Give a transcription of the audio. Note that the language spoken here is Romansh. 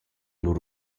lur